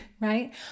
right